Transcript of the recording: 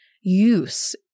use